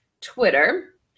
Twitter